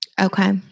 Okay